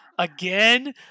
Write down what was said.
Again